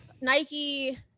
Nike